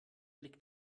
liegt